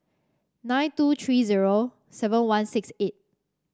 nine two three zero seven one six eight